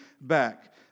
back